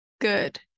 good